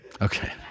Okay